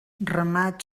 remat